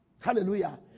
Hallelujah